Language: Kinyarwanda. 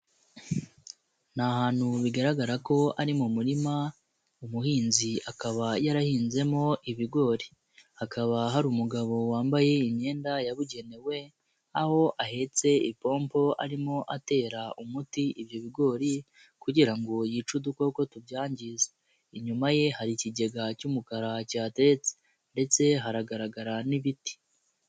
Ni ahantu ubu bigaragara ko ari mu murima. Umuhinzi akaba yarahinzemo ibigori. Hakaba hari umugabo wambaye imyenda yabugenewe, aho ahetse ipombo arimo atera umuti ibyo bigori kugira ngo yice udukoko tubyangiza. Inyuma ye hari ikigega cy'umukara kihateretse ndetse haragaragara n'ibiti.